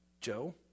Joe